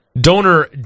Donor